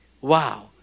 Wow